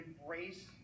embrace